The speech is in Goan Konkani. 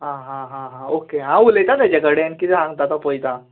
हां हां हां हां हांव उलयता ताचे कडेन कितें सांगता तो पळयतां